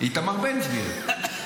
איתמר --- איתמר בן גביר.